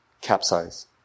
capsize